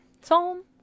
Psalm